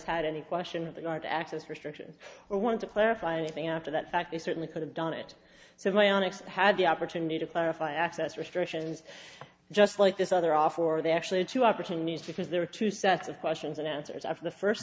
had any question with regard to access restriction or want to clarify anything after that fact they certainly could have done it so my onyx had the opportunity to clarify access restrictions just like this other offer or they actually had two opportunities because there are two sets of questions and answers after the first